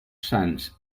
sants